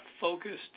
focused